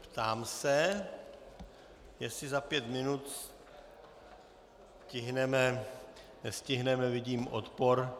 Ptám se, jestli za pět minut stihneme nestihneme, vidím odpor.